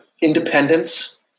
Independence